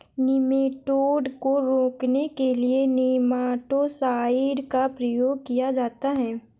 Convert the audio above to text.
nematode को रोकने के लिए नेमाटो साइड का प्रयोग किया जाता है